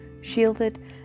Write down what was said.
shielded